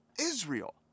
Israel